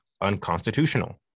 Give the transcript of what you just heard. unconstitutional